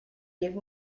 give